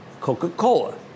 Coca-Cola